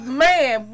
man